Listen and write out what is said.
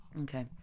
Okay